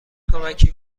کمکی